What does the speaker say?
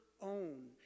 own